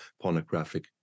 pornographic